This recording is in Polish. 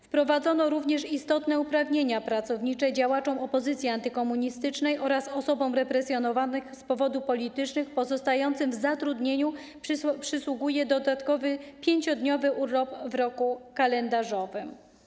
Wprowadzono również istotne uprawnienia pracownicze: działaczom opozycji antykomunistycznej oraz osobom represjonowanym z powodów politycznych pozostającym w zatrudnieniu przysługuje dodatkowy, 5-dniowy urlop w roku kalendarzowym.